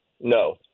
No